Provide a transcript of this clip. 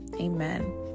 amen